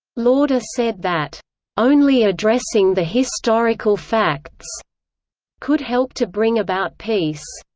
lauder said that only addressing the historical facts could help to bring about peace.